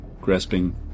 grasping